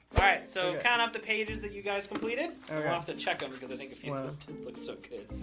right. so, count up the pages that you guys completed. we'll have to check em, because i think a few of those didn't look so good.